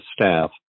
staff